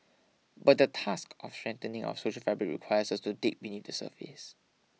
but the task of strengthening our social fabric requires us to dig beneath the surface